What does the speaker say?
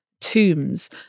tombs